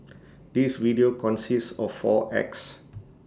this video consists of four acts